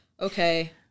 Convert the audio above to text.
Okay